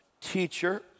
teacher